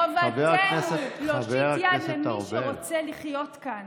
חובתנו להושיט יד למי שרוצה לחיות כאן